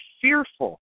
fearful